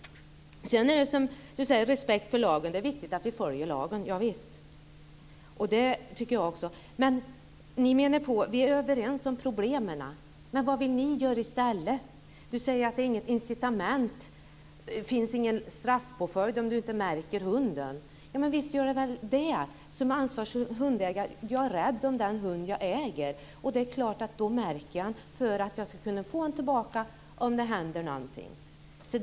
Sedan talade Anders Sjölund om respekt för lagen och att det är viktigt att vi följer lagen. Javisst! Det tycker jag också. Vi är överens om problemen, men vad vill ni göra i stället? Anders Sjölund säger att det inte finns något incitament och inte någon straffpåföljd om man inte märker hunden. Visst gör det väl det! En ansvarsfull hundägare är rädd om den hund han äger, och då märker han den för att kunna få tillbaka den om det händer någonting.